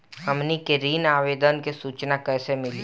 हमनी के ऋण आवेदन के सूचना कैसे मिली?